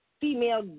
female